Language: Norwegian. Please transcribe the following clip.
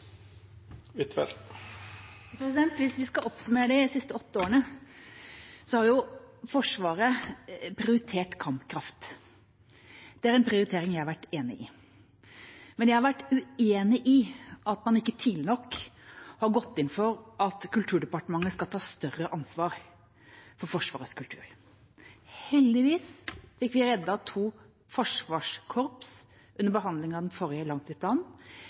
Hvis vi skal oppsummere de siste åtte årene, har Forsvaret prioritert kampkraft. Det er en prioritering jeg har vært enig i. Men jeg har vært uenig i at man ikke tidlig nok har gått inn for at Kulturdepartementet skal ta større ansvar for Forsvarets kultur. Heldigvis fikk vi reddet to forsvarskorps under behandlingen av den forrige langtidsplanen.